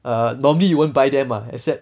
err normally you won't buy them ah except